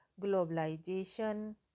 globalization